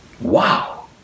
Wow